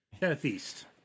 Southeast